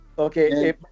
Okay